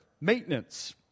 maintenance